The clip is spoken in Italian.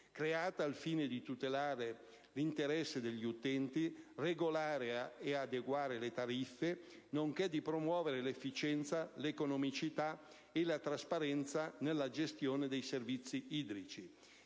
creata al fine di tutelare l'interesse degli utenti, di regolare e adeguare le tariffe e di promuovere l'efficienza, l'economicità e la trasparenza nella gestione dei servizi idrici,